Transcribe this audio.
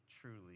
truly